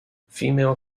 female